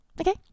Okay